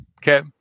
Okay